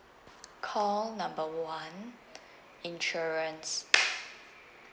call number one insurance